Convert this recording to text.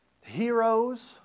Heroes